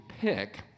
pick